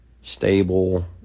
stable